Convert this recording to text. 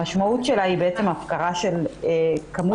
המשמעות שלה היא בעצם הפקרה של כמות